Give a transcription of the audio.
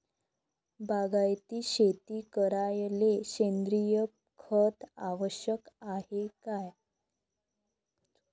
बागायती शेती करायले सेंद्रिय खत आवश्यक हाये का?